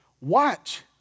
watch